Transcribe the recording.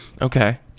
okay